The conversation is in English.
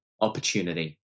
opportunity